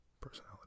personality